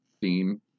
theme